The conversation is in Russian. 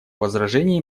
возражений